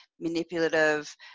manipulative